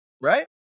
right